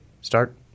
start